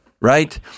right